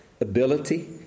ability